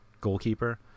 goalkeeper